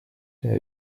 der